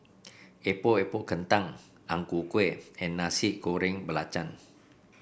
Epok Epok Kentang Ang Ku Kueh and Nasi Goreng Belacan